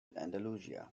andalusia